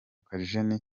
kageni